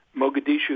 Mogadishu